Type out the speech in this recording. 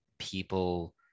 people